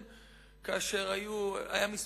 מנוע סילוני שיגביר את הצמיחה.